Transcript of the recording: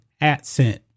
accent